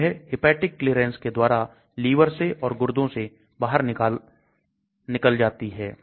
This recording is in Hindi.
तो यह Hepatic clearance के द्वारा लीवर से और गुर्दों से बाहर निकल जाती है